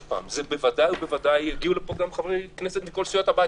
בוודאי ובוודאי יגיעו לפה גם חברי כנסת מסיעות הבית.